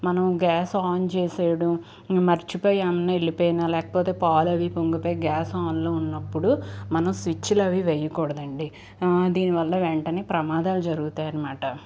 మనం gas on చేసేయడం మర్చిపోయి యాడికైనా వెళ్ళిపోయిన లేకపోతే పాలు అవి పొంగిపోయి గ్యాస్ ఆన్లో ఉన్నప్పుడు మనం స్విచ్లవి వేయకూడదు అండి దీనివల్ల వెంటనే ప్రమాదాలు జరుగుతాయి అనమాట